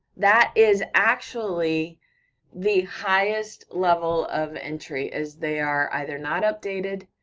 that is actually the highest level of entry, is they are either not updated,